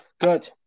Good